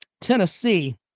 tennessee